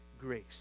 grace